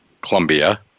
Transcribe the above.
Columbia